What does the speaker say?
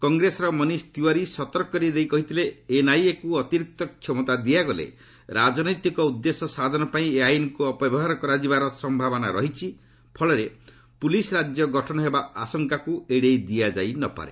କଂଗ୍ରେସର ମନିଶ ତିୱାରୀ ସତର୍କ କରାଇ କହିଥିଲେ ଏନ୍ଆଇଏକୁ ଅତିରିକ୍ତ କ୍ଷମତା ଦିଆଗଲେ ରାଜନୈତିକ ଉଦ୍ଦେଶ୍ୟ ସାଧନ ପାଇଁ ଏହି ଆଇନ୍କୁ ଅପବ୍ୟବହାର କରାଯିବାର ସମ୍ଭାବନା ରହିଛି ଫଳରେ ପ୍ରଲିସ୍ ରାଜ୍ୟ ଗଠନ ହେବା ଆଶଙ୍କାକୁ ଏଡ଼େଇ ଦିଆଯାଇ ନ ପାରେ